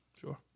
Sure